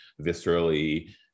viscerally